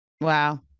Wow